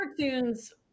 cartoons